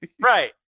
Right